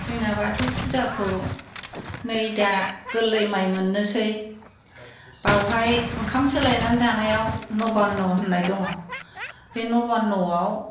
जोंना बाथौ फुजाखौ नै दा गोरलै माइ मोननोसै बेवहाय ओंखाम सोलायनानै जानायाव न'बान न' होननाय दङ बे न'बान न'आव